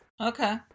Okay